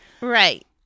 Right